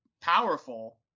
powerful